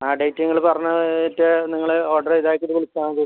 ആ ഡേറ്റ് നിങ്ങൾ പറഞ്ഞിട്ട് നിങ്ങൾ ഓർഡറ് ഇതാക്കിയിട്ട് വിളിച്ചാൽ മതി